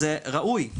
זה ראוי,